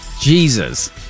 Jesus